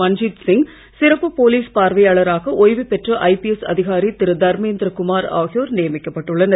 மன்ஜீத் சிங் சிறப்பு போலீஸ் பார்வையாளராக ஓய்வு பெற்ற ஐபிஎஸ் அதிகாரி திரு தர்மேந்திர குமார் ஆகியோர் நியமிக்கப்பட்டுள்ளனர்